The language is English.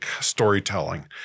storytelling